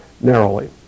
narrowly